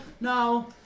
no